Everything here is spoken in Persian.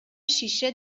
شیشه